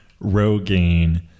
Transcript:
Rogaine